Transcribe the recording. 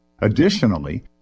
Additionally